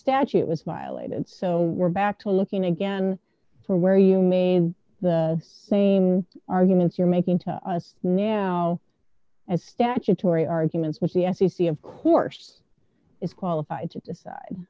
statute was violated so we're back to looking again for where you made the same arguments you're making to us now as statutory arguments which the f c c of course is qualified to decide